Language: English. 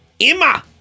Emma